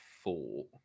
Four